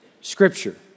scripture